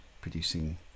producing